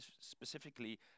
specifically